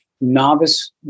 novice